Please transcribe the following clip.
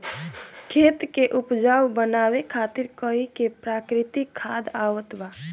खेत के उपजाऊ बनावे खातिर कई ठे प्राकृतिक खाद आवत बा